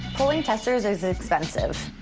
cleaning testers is expensive,